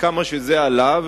וכמה שזה עלה,